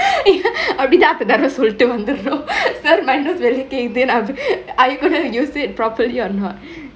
அப்படிதா அடுத்ததடவே சொல்லிட்டு வந்தரனு:apadithaa aduthathadeve sollitu vandtharenu sir mind voice வெளிய கேக்குது:veliye kekuthu are you gonna use it properly or not